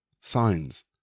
signs